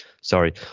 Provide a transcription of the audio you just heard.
sorry